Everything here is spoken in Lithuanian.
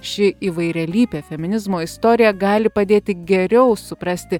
ši įvairialypė feminizmo istorija gali padėti geriau suprasti